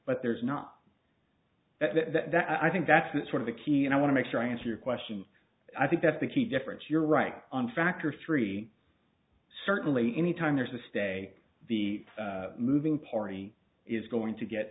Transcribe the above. but there's not that i think that's sort of the key and i want to make sure i answer your question i think that's the key difference you're right on factor three certainly anytime there's a stay the moving party is going to get